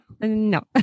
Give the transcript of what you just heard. No